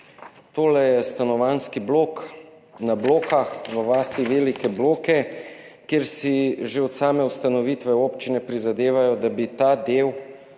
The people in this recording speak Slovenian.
To je stanovanjski blok na Blokah, v vasi Velike Bloke, kjer si že od same ustanovitve občine prizadevajo, da bi ta del